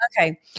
Okay